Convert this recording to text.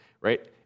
right